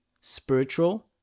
spiritual